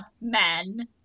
men